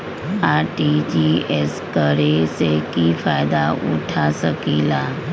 RTGS करे से की फायदा उठा सकीला?